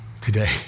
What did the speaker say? today